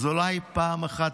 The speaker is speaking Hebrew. אז אולי תתנצל